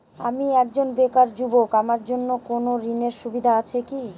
আমি একজন বেকার যুবক আমার জন্য কোন ঋণের সুবিধা আছে কি?